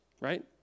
Right